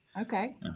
Okay